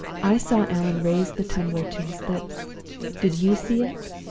i saw allan raise the tumbler to his lips did you see it?